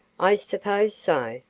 i suppose so.